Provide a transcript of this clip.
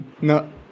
no